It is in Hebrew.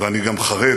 ואני גם חרד,